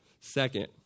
Second